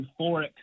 euphoric